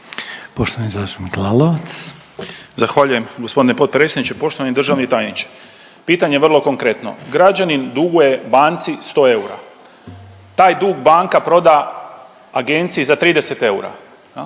**Lalovac, Boris (SDP)** Zahvaljujem gospodine potpredsjedniče. Pitanje je vrlo konkretno. Građanin duguje banci sto eura. Taj dug banka proda agenciji za 30 eura.